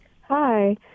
Hi